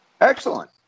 Excellent